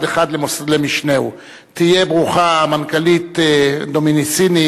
אותו חלק במדינת ישראל,